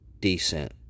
decent